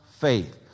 faith